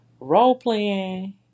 Role-playing